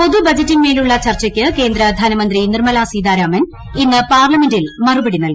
പൊതു ബജറ്റിന്മേലുളള ചർച്ചയ്ക്ക് ന് കേന്ദ്രധനമന്ത്രി നിർമ്മല സീതാരാമൻ ഇന്ന് പാർലമെന്റിൽ മറുപടി നല്കും